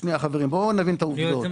חברים, בואו נבין את העובדות.